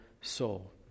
soul